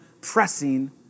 pressing